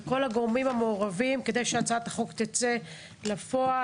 ולכל הגורמים המעורבים כדי שהצעת החוק תצא לפועל.